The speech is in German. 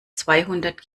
zweihundert